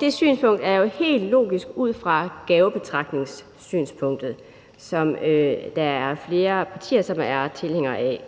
Det synspunkt er jo helt logisk ud fra gavebetragtningssynspunktet, som der er flere partier der er tilhængere af.